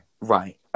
right